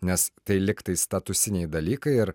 nes tai lygtai statusiniai dalykai ir